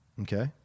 Okay